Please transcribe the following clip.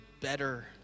better